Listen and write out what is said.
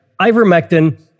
Ivermectin